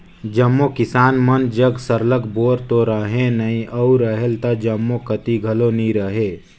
जम्मो किसान मन जग सरलग बोर तो रहें नई अउ रहेल त जम्मो कती घलो नी रहे